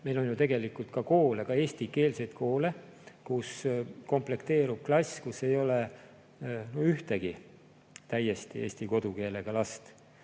Meil on ju tegelikult koole, ka eestikeelseid koole, kus komplekteerub klass, kus ei ole ühtegi täiesti eesti kodukeelega last